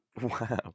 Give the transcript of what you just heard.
Wow